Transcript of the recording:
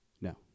No